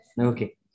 Okay